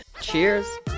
Cheers